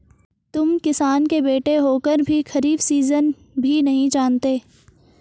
तुम किसान के बेटे होकर भी खरीफ सीजन भी नहीं जानते